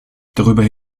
darüber